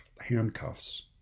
handcuffs